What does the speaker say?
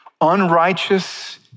unrighteous